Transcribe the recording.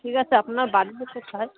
ঠিক আছে আপনার বাড়িটা কোথায়